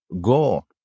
go